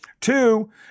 two